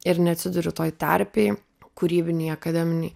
ir neatsiduri toj terpėj kūrybinėj akademinėj